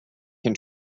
can